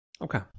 okay